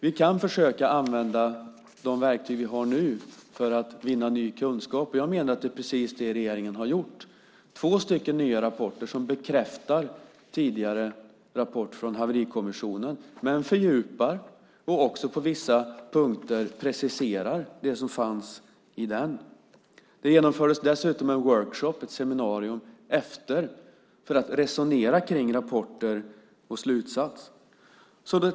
Vi kan försöka använda de verktyg som vi har nu för att vinna ny kunskap. Jag menar att det är precis det som regeringen har gjort. Två nya rapporter bekräftar tidigare rapport från Haverikommissionen men fördjupar och preciserar på vissa punkter det som fanns i den. Det genomfördes dessutom en workshop, ett seminarium, därefter för att man skulle resonera kring rapporter och slutsatser.